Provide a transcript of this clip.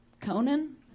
Conan